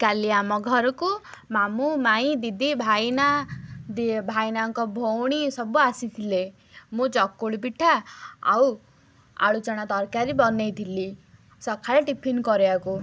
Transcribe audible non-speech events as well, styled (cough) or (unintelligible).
କାଲି ଆମ ଘରକୁ ମାମୁଁ ମାଇଁ ଦିଦି ଭାଇନା (unintelligible) ଭାଇନାଙ୍କ ଭଉଣୀ ସବୁ ଆସିଥିଲେ ମୁଁ ଚକୁଳି ପିଠା ଆଉ ଆଳୁଚଣା ତରକାରୀ ବନେଇ ଥିଲି ସକାଳେ ଟିଫିନ୍ କରିବାକୁ